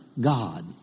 God